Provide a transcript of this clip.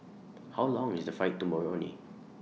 How Long IS The Flight to Moroni